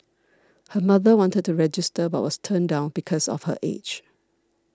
her mother wanted to register but was turned down because of her age